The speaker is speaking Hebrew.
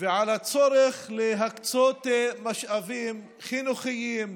ועל הצורך להקצות משאבים חינוכיים,